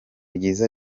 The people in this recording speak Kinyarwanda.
ryiza